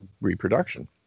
reproduction